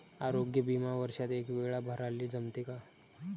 आरोग्य बिमा वर्षात एकवेळा भराले जमते का?